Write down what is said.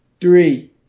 three